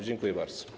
Dziękuję bardzo.